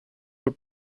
were